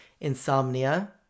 Insomnia